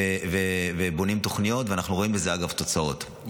בונים תוכניות ואנחנו רואים לזה תוצאות,